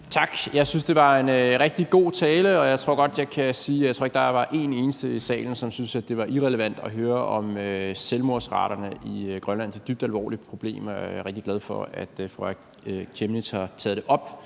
Tak. Jeg synes, det var en rigtig god tale, og jeg tror godt, at jeg kan sige, at der ikke var en eneste i salen, som syntes, det var irrelevant at høre om selvmordsraterne i Grønland, det dybt alvorlige problem, som jeg er rigtig glad for fru Aaja Chemnitz Larsen har taget op,